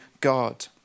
God